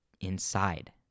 inside